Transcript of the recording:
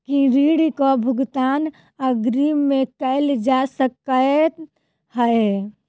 की ऋण कऽ भुगतान अग्रिम मे कैल जा सकै हय?